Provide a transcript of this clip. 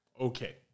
Okay